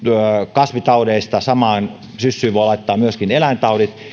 kasvitaudeista ja samaan syssyyn voi laittaa myöskin eläintaudit